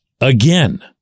Again